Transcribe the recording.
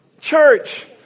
Church